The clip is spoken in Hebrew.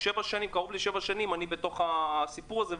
שקרוב לשבע שנים אני בתוך הסיפור הזה,